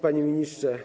Panie Ministrze!